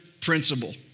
principle